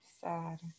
Sad